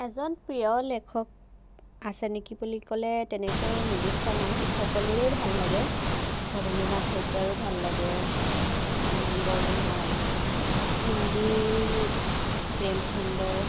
এজন প্ৰিয় লেখক আছে নেকি বুলি ক'লে তেনেকৈ নিৰ্দিষ্ট নাই সকলোৰে ভাল লাগে ভবেন্দ্ৰনাথ শইকীয়াৰো ভাল লাগে হোমেন বৰগোহাঁই হিন্দীৰ প্ৰেমচন্দৰ